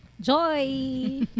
Joy